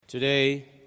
Today